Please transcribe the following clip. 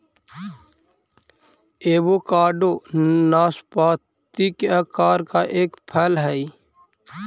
avocado नाशपाती के आकार का एक फल हई